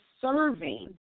serving